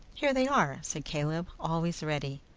here they are, said caleb. always ready.